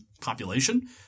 population